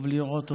טוב לראות אתכם,